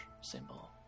symbol